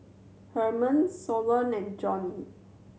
Hermon Solon and Johnny